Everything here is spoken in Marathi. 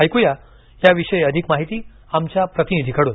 ऐकुया या विषयी अधिक माहिती आमच्या प्रतिनिधीकडून